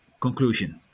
conclusion